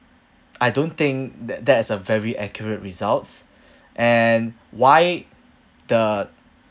I don't think that that is a very accurate results and why the